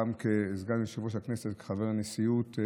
גם כסגן יושב-ראש הכנסת וכחבר נשיאות,